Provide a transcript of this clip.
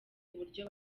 uburyo